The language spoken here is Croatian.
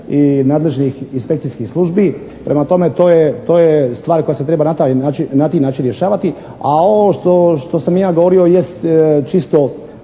i nadležnih inspekcijskih službi Prema tome, to je stvar koja se treba na taj način rješavati, a ovo što sam ja govorio jest čisto